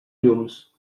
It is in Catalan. llums